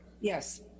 yes